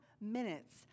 minutes